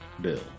Bill